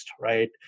Right